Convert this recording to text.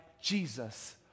Jesus